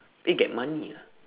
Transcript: eh get money ah